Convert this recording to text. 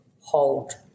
hold